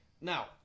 Now